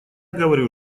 говорю